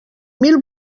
mil